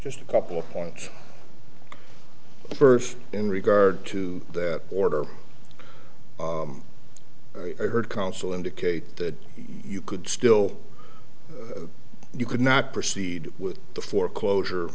just a couple of points first in regard to that order i heard counsel indicate that you could still you could not proceed with the foreclosure